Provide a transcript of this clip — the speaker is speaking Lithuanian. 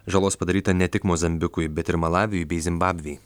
žalos padaryta ne tik mozambikui bet ir malaviui bei zimbabvei